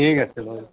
ঠিক আছে বাৰু